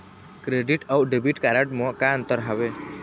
Credit अऊ debit card म का अंतर हावे?